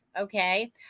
Okay